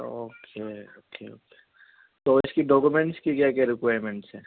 okay okay okay تو اس کی ڈاکیومنٹس کی کیا کیا ریکوائرمنٹس ہیں